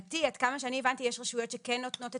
עד כמה שאני הבנתי יש רשויות שכן נותנות את